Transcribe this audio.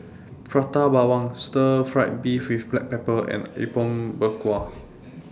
Prata Bawang Stir Fried Beef with Black Pepper and Apom Berkuah